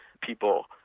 people